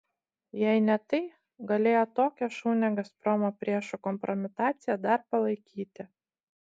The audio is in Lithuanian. jei ne tai galėjo tokią šaunią gazpromo priešų kompromitaciją dar palaikyti